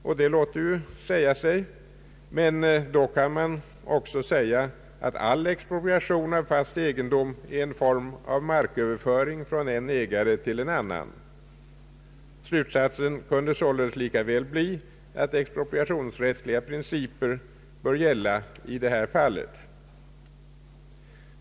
Detta låter ju säga sig, men då kan man också säga att all expropriation av fast egendom är en form av marköverföring från en ägare till en annan. Slutsatsen kunde således lika väl bli att expropriationsrättsliga principer bör gälla i detta fall.